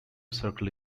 circle